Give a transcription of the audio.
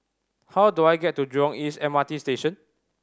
how do I get to Jurong East M R T Station